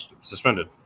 suspended